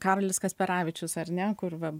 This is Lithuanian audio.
karolis kasperavičius ar ne kur va